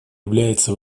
является